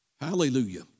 Hallelujah